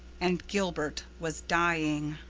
and gilbert was dying!